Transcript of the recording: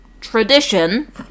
tradition